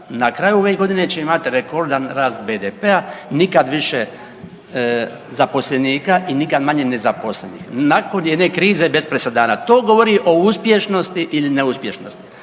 na kraju ove godine će imati rekordan rast BDP-a, nikad više zaposlenika i nikad manje nezaposlenih. Nakon jedne krize bez presedana. To govori o uspješnosti ili neuspješnosti.